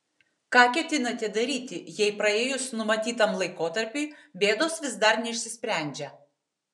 ką ketinate daryti jei praėjus numatytam laikotarpiui bėdos vis dar neišsisprendžia